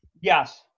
Yes